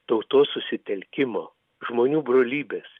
tautos susitelkimo žmonių brolybės